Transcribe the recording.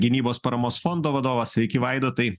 gynybos paramos fondo vadovas sveiki vaidotai